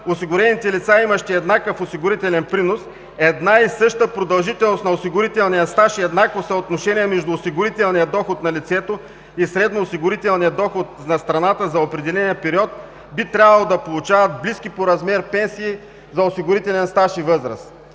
осигурените лица, имащи еднакъв осигурителен принос, една и съща продължителност на осигурителния стаж и едно съотношение между осигурителния доход на лицето и средноосигурителния доход на страната за определен период, би трябвало да получават близки по размер пенсии за осигурителен стаж и възраст.